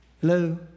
Hello